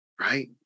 Right